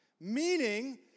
Meaning